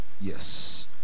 Yes